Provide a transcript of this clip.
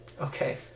Okay